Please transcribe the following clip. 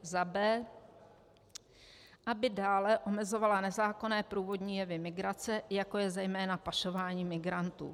b) aby dále omezovala nezákonné průvodní jevy migrace, jako je zejména pašování migrantů.